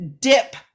dip